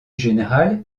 général